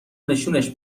نشونش